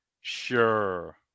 Sure